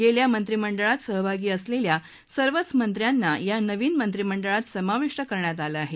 गेल्या मंत्रीमंडळात सहभागी असलेल्या सर्वच मंत्र्यांना ह्या नवीन मंत्रीमंडळात समाविष्ट करण्यात आलं आहे